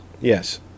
Yes